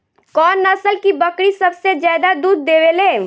कौन नस्ल की बकरी सबसे ज्यादा दूध देवेले?